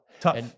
Tough